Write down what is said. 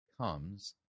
comes